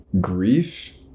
grief